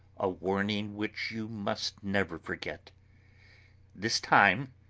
a warning which you must never forget this time,